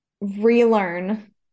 relearn